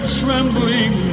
trembling